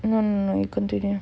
no no you continue